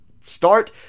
start